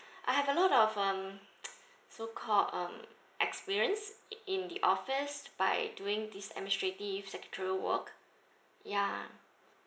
I have a lot of um so call um experience in the office by doing this administrative secretarial work ya